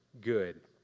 good